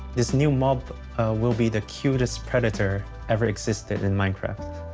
this new mob we'll be the cutest predator ever existed in minecraft.